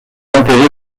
enterré